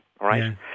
right